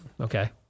Okay